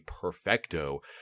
perfecto